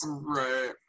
Right